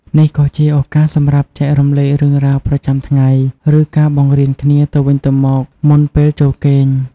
នេះក៏ជាឱកាសសម្រាប់ចែករំលែករឿងរ៉ាវប្រចាំថ្ងៃ ឬការបង្រៀនគ្នាទៅវិញទៅមកមុនពេលចូលគេង។